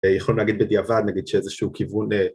‫יכולים להגיד בדיעבד, ‫נגיד שאיזשהו כיוון...